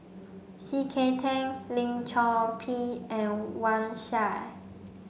C K Tang Lim Chor Pee and Wang Sha